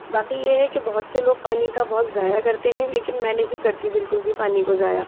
باقی یہ ہے کہ بہت سے لوگ پانی کا بہت ضایع کرتے ہیں لیکن میں نہیں کرتی بالکل بھی پانی کو ضایع